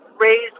raised